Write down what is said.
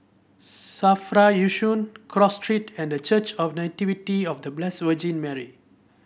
Safra Yishun Cross Street and Church of Nativity of The Blessed Virgin Mary